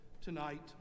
tonight